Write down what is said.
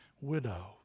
widow